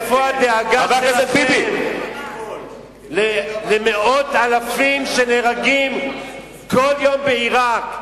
איפה הדאגה שלכם למאות אלפים שנהרגים כל יום בעירק,